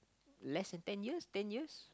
less than ten years ten years